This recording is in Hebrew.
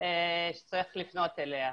שצריך לפנות אליה,